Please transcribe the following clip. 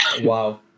Wow